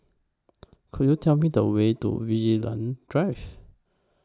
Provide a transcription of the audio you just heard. Could YOU Tell Me The Way to Vigilante Drive